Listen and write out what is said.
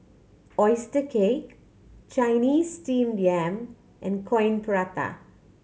oyster cake Chinese Steamed Yam and Coin Prata